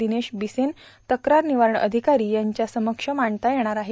दिवेश बिसेन तक्रार निर्वारण अधिकारी यांच्या समक्ष मांडता येणार आहेत